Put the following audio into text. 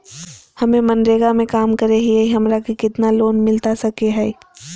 हमे मनरेगा में काम करे हियई, हमरा के कितना लोन मिलता सके हई?